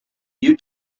you